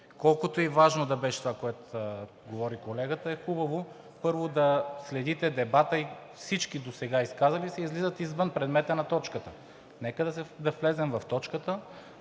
Колкото и важно да беше това, което говори колегата, е хубаво, първо, да следите дебата и всички досега изказали се излизат извън предмета на точката. Нека да влезем в точката,